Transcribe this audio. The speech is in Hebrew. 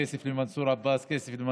"כסף למנסור עבאס",